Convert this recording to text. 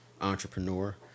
entrepreneur